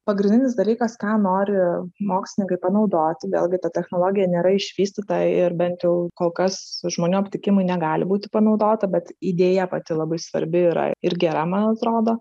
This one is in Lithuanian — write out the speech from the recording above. pagrindinis dalykas ką nori mokslininkai panaudoti vėlgi ta technologija nėra išvystyta ir bent jau kol kas žmonių aptikimui negali būti panaudota bet idėja pati labai svarbi yra ir gera man atrodo